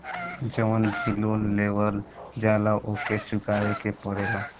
जवन भी लोन लेवल जाला उके चुकावे के पड़ेला